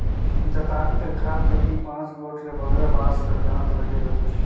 दँतारी कर खाल कती पाँच गोट ले बगरा बाँस कर दाँत लगे रहथे